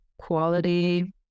quality